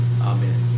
Amen